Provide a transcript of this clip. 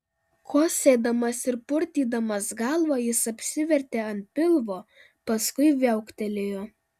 kosėdamas ir purtydamas galvą jis apsivertė ant pilvo paskui viauktelėjo